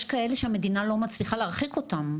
יש כאלה שהמדינה לא מצליחה להרחיק אותם,